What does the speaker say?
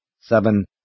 Seven